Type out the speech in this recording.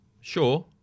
Sure